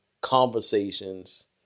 conversations